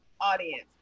audience